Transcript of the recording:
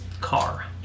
car